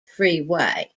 freeway